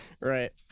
Right